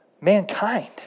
mankind